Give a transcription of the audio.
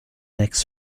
next